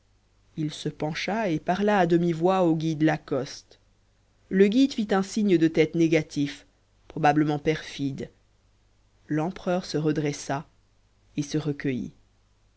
il se pencha et parla à demi-voix au guide lacoste le guide fit un signe de tête négatif probablement perfide l'empereur se redressa et se recueillit